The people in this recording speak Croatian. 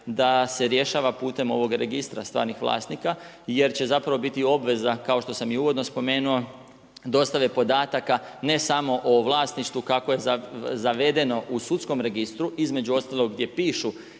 da se rješava putem ovog registra stvarnih vlasnika jer će zapravo biti i obveza kao što sam i uvodno spomenuo dostave podataka ne samo o vlasništvu kako je zavedeno u sudskom registru, između ostalog gdje pišu